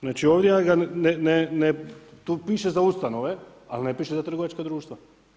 Znači ovdje, tu piše za ustanove, ali ne piše za trgovačka društva.